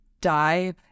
die